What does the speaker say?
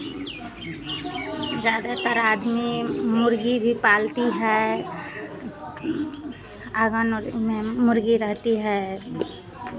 ज़्यादातर आदमी मुर्गी भी पालती है आंगन और में मुर्गी रहती है